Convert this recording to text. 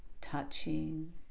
touching